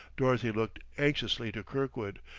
dorothy looked anxiously to kirkwood,